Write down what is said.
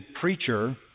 preacher